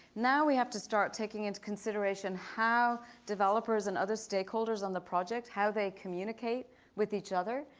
now we have to start taking into consideration how developers and other stakeholders on the project, how they communicate with each other,